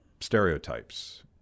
stereotypes